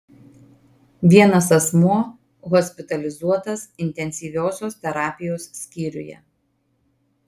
vienas asmuo hospitalizuotas intensyviosios terapijos skyriuje